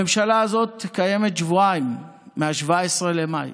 הממשלה הזאת קיימת שבועיים, מ-17 במאי.